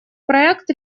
проект